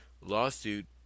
lawsuit